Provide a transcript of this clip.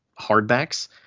hardbacks